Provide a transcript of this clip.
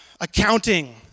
accounting